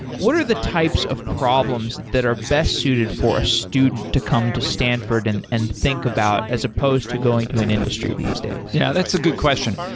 what are the types of pro problems that are best suited for a student to come to stanford and and think about as opposed to going to an industry these days? yeah, that's a good question.